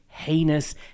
heinous